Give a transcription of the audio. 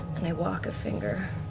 and i walk a finger